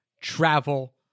travel